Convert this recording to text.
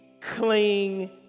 cling